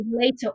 later